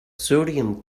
sodium